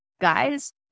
guys